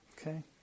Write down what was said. Okay